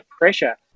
pressure